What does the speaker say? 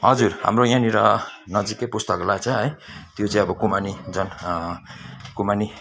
हजुर हाम्रो यहाँनिर नजिकै पुस्तकालय छ है त्यो चाहिँ अब कुमानी जन कुमानी